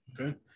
Okay